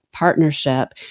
partnership